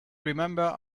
remember